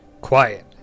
Quiet